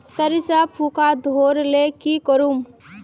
सरिसा पूका धोर ले की करूम?